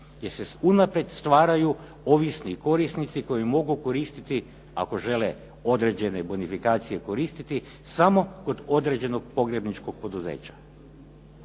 Gdje se unaprijed stvaraju ovisni korisnici koji mogu koristiti ako žele određene bonifikacije koristiti samo kod određenog pogrebničkog poduzeća.